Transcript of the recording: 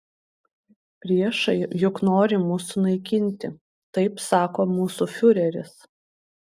priešai juk nori mus sunaikinti taip sako mūsų fiureris